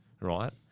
right